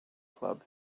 club